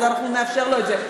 אז אנחנו נאפשר לו את זה.